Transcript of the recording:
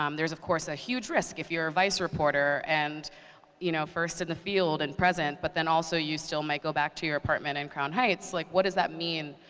um there is, of course, a huge risk if you're a vice reporter and you know first in the field and present. but then, also, you still may go back to your apartment in crown heights. like what does that mean?